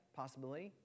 possibility